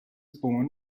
born